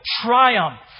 triumph